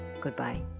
goodbye